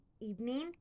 evening